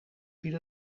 viel